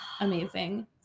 Amazing